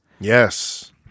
Yes